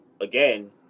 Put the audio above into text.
again